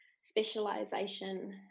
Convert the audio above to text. specialization